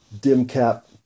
dim-cap